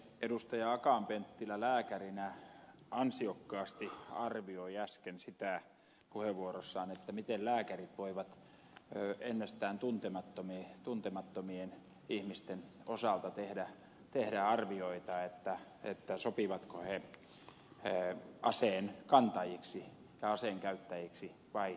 akaan penttilä lääkärinä ansiokkaasti arvioi äsken sitä puheenvuorossaan miten lääkärit voivat ennestään tuntemattomien ihmisten osalta tehdä arvioita siitä sopivatko he aseenkantajiksi ja aseenkäyttäjiksi vai eivät